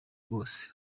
bose